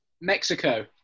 Mexico